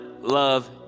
love